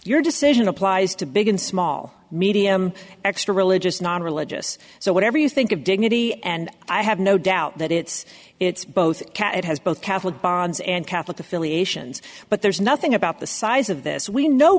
your decision applies to begin small medium extra religious non religious so whatever you think of dignity and i have no doubt that it's it's both it has both catholic bonds and catholic affiliations but there's nothing about the size of this we know